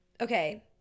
okay